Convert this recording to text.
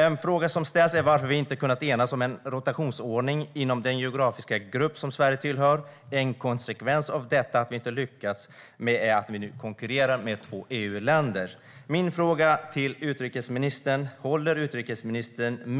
En fråga som ställs är varför vi inte kunnat enas om en rotationsordning inom den geografiska grupp som Sverige tillhör. En konsekvens av att vi inte lyckats med detta är att vi nu konkurrerar med två EU-länder. Instämmer utrikesministern